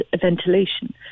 ventilation